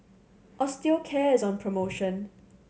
osteocare is on promotion